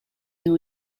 new